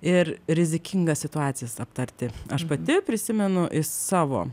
ir rizikingas situacijas aptarti aš pati prisimenu is savo